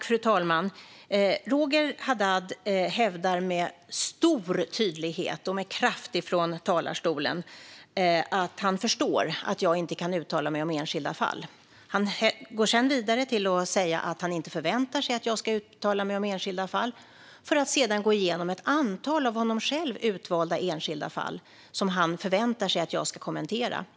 Fru talman! Roger Haddad hävdar med stor tydlighet och kraft från talarstolen att han förstår att jag inte kan uttala mig om enskilda fall. Han går vidare till att säga att han inte förväntar sig att jag ska uttala mig om enskilda fall för att sedan gå igenom ett antal av honom själv utvalda enskilda fall som han förväntar sig att jag ska kommentera.